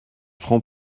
francs